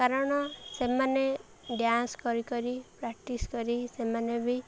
କାରଣ ସେମାନେ ଡ୍ୟାନ୍ସ କରି କରି ପ୍ରାକ୍ଟିସ୍ କରି ସେମାନେ ବି